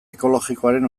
ekologikoaren